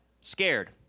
Scared